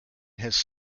has